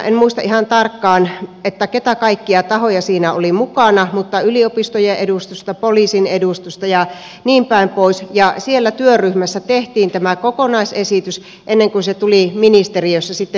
en muista ihan tarkkaan mitä kaikkia tahoja siinä oli mukana mutta yliopistojen edustusta poliisin edustusta ja niin päin pois ja siellä työryhmässä tehtiin tämä kokonaisesitys ennen kuin se tuli ministeriössä virkamiesten valmisteltavaksi